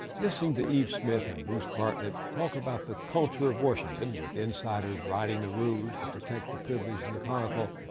listening to yves smith and bruce bartlett talk about the culture of washington, with insiders writing the rules to protect the privileged and the powerful,